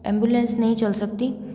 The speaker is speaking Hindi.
एम्ब्युलेन्स नहीं चल सकती